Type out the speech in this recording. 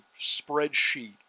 spreadsheet